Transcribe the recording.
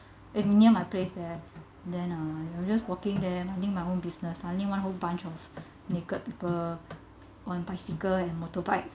if near my place there then uh you know just walking there minding my own business suddenly one whole bunch of naked people oh on bicycle and motorbike